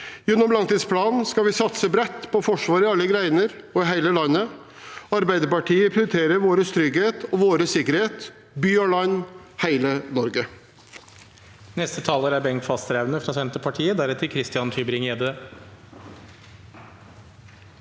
Gjennom langtidsplanen skal vi satse bredt på Forsvaret i alle grener og i hele landet. Arbeiderpartiet prioriterer vår trygghet og vår sikkerhet – by og land, hele Norge.